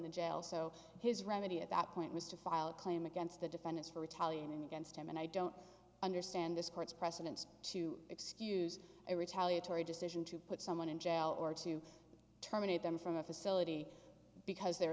the jail so his remedy at that point was to file a claim against the defendants for italian and against him and i don't understand this court's precedents to excuse a retaliatory decision to put someone in jail or to terminate them from a facility because there